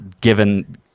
given